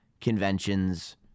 conventions